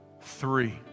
three